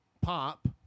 Pop